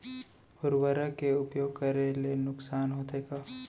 उर्वरक के उपयोग करे ले नुकसान होथे का?